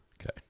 Okay